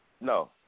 no